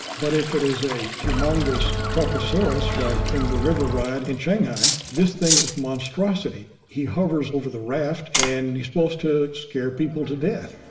but if it is a humongous crocosaurus like in the river ride in shanghai, this thing is monstrosity he hovers over the raft and he's supposed to scare people to death.